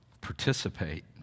participate